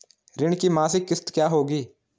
ऋण की मासिक किश्त क्या होगी?